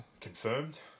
Confirmed